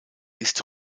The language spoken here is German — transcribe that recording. ist